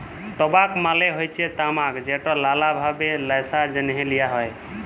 টবাক মালে হচ্যে তামাক যেট লালা ভাবে ল্যাশার জ্যনহে লিয়া হ্যয়